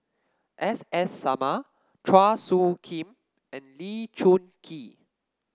S S Sarma Chua Soo Khim and Lee Choon Kee